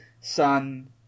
son